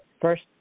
first